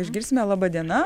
išgirsime laba diena